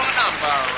number